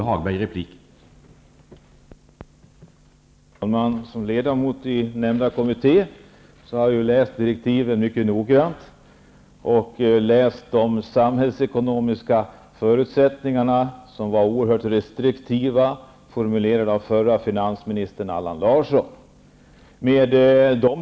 Herr talman! Som ledamot i nämnda kommitté har jag läst direktiven mycket nogrant. Jag har läst de samhällsekonomiska förutsättningarna, som var oerhört restriktiva, formulerade av den förre finansministern Allan Larsson.